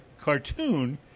cartoon